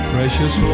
Precious